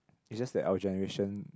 it's just that our generation